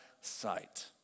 sight